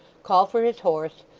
call for his horse,